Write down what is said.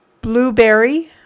Blueberry